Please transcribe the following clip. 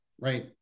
right